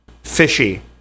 Fishy